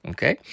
Okay